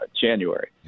January